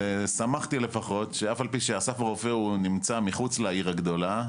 ושמחתי לפחות שאף על פי שאסף הרופא הוא נמצא מחוץ לעיר הגדולה,